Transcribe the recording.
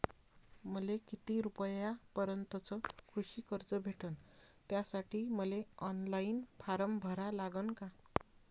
मले किती रूपयापर्यंतचं कृषी कर्ज भेटन, त्यासाठी मले ऑनलाईन फारम भरा लागन का?